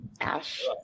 Ash